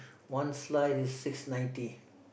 one slice is six ninety